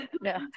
No